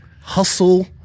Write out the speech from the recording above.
hustle